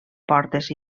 portes